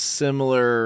similar